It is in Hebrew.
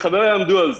וחבריי עמדו על זה.